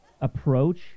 approach